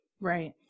Right